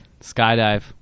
skydive